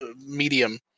medium